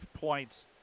points